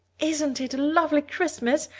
isn't it a lovely christmas?